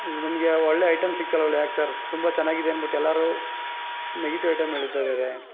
ನಮಗೆ ಒಳ್ಳೆ ಐಟೆಮ್ ಸಿಗಲ್ಲಲ್ವ ಯಾಕೆ ಸರ್ ತುಂಬ ಚೆನ್ನಾಗಿದೆ ಅಂದ್ಬಿಟ್ಟು ಎಲ್ಲರೂ ನೆಗೆಟಿವ್ ಐಟೆಮ್ ಹೇಳ್ತಾಯಿದ್ದಾರೆ